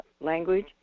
language